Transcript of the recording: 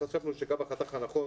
חשבנו שהחתך הנכון